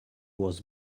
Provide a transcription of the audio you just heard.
was